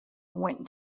went